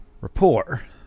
rapport